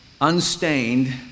unstained